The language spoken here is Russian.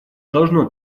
должно